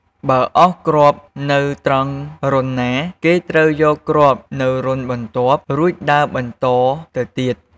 បើអស់គ្រាប់នៅត្រង់រន្ធណា គេត្រូវយកគ្រាប់នៅរន្ធបន្ទាប់ រួចដើរបន្តទៅទៀត។